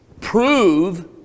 prove